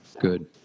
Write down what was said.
Good